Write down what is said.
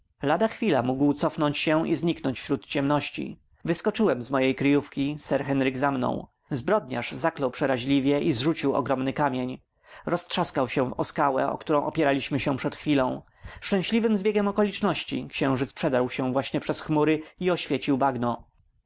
lada chwila mógł cofnąć się i zniknąć wśród ciemności wyskoczyłem z mojej kryjówki sir henryk za mną zbrodniarz zaklął przeraźliwie i zrzucił ogromny kamień roztrzaskał się on o skałę o którą opieraliśmy się przed chwilą szczęśliwym zbiegiem okoliczności księżyc przedarł się właśnie przez chmury i oświecił bagno